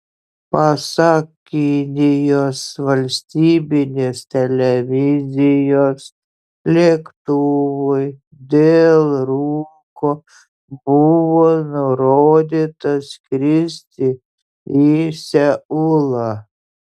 pasak kinijos valstybinės televizijos lėktuvui dėl rūko buvo nurodyta skristi į seulą